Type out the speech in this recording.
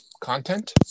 content